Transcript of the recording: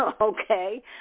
okay